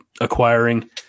acquiring